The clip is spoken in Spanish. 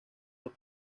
los